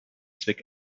zweck